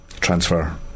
transfer